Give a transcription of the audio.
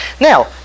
Now